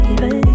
baby